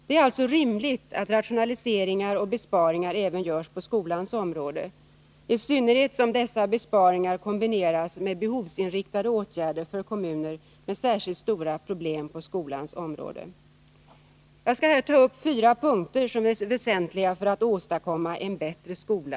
Det är alltså rimligt att rationaliseringar och besparingar även görs på skolans område, i synnerhet som dessa besparingar kombineras med behovsinriktade åtgärder för kommuner med särskilt stora problem på skolans område. Jag skall här ta upp fyra punkter som är väsentliga för att vi skall kunna åstadkomma en bättre skola.